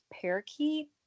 parakeet